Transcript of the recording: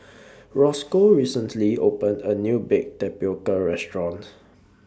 Roscoe recently opened A New Baked Tapioca Restaurant